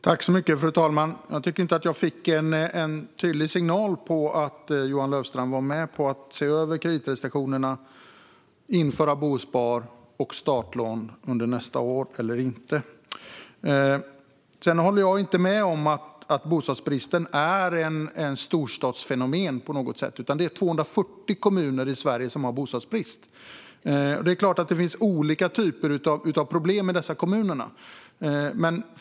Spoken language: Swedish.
Fru talman! Jag fick ingen tydlig signal från Johan Löfstrand om han var med på att se över kreditrestriktionerna och införa bospar och startlån under nästa år eller inte. Jag håller inte med om att bostadsbristen är ett storstadsfenomen. Det är 240 kommuner i Sverige som har bostadsbrist, men givetvis finns det olika typer av problem i dessa kommuner.